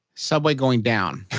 subway going down.